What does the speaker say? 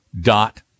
dot